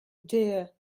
dear